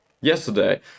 yesterday